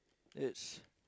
let's